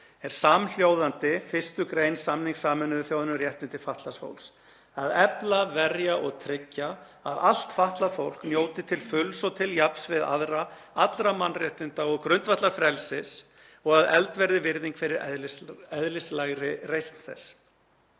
er samhljóðandi 1. gr. samnings Sameinuðu þjóðanna um réttindi fatlaðs fólks: Að efla, verja og tryggja að allt fatlað fólk njóti til fulls og til jafns við aðra allra mannréttinda og grundvallarfrelsis og að efld verði virðing fyrir eðlislægri reisn þess.